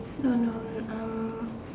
don't know um